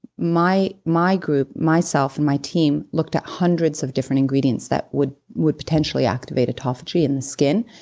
my my group, myself and my team looked at hundreds of different ingredients that would would potentially activate autophagy in the skin,